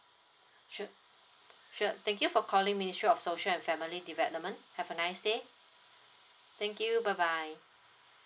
sure sure thank you for calling ministry of social and family development have a nice day thank you bye bye